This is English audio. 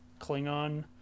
Klingon